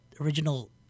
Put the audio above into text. original